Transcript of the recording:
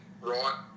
right